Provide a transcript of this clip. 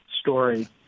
story